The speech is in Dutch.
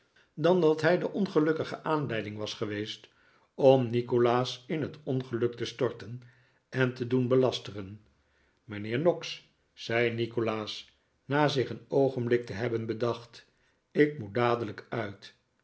dan dat hij de ongelukkige aanleiding was geweest om nikolaas in het ongeluk te storten en te doen belasteren mijnheer noggs zei nikolaas na zich een oogenblik te hebben bedacht ik moet dadelijk uit